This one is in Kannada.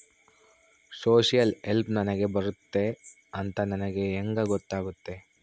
ಸೋಶಿಯಲ್ ಹೆಲ್ಪ್ ನನಗೆ ಬರುತ್ತೆ ಅಂತ ನನಗೆ ಹೆಂಗ ಗೊತ್ತಾಗುತ್ತೆ?